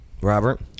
Robert